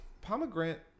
pomegranate